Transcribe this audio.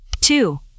two